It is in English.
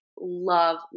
love